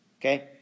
okay